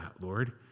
Lord